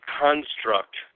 construct